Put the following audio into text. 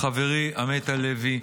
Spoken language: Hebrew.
לחברי עמית הלוי,